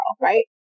right